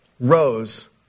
rose